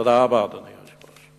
תודה רבה, אדוני היושב-ראש.